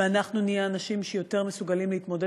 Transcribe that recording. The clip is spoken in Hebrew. ואנחנו נהיה אנשים שיותר מסוגלים להתמודד